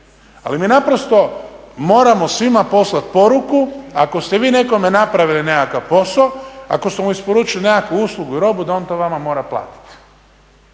ali mi naprosto moramo svima poslati poruku, ako ste vi nekome napravili nekakav posao, ako ste mu isporučili nekakvu uslugu i robu, da on to vama mora platiti.